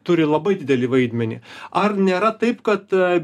turi labai didelį vaidmenį ar nėra taip kad